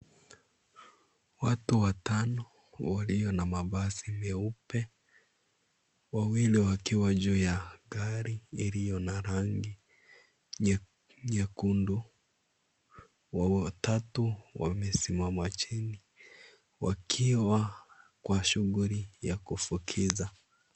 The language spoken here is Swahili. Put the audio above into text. Watu watano walio na mabasi meupe. Wawili wakiwa juu ya gari iliyo na rangi nyekundu, watatu wamesimama chini wakiwa kwa shughuli ya kufukiza.